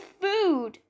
food